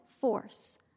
force